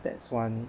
that's one